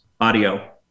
audio